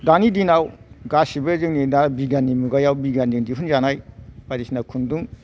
दानि दिनाव गासिबो जोङो दा बिगियाननि मुगायाव बिगियानजों दिहुनजानाय बायदिसिना खुन्दुं